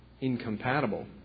incompatible